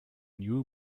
new